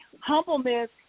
humbleness